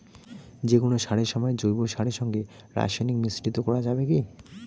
যে কোন চাষের সময় জৈব সারের সঙ্গে রাসায়নিক মিশ্রিত করা যাবে কি?